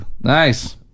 Nice